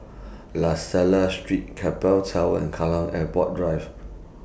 La Salle Street Keppel Towers and Kallang Airport Drive